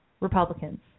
Republicans